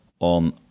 on